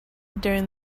during